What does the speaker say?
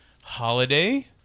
holiday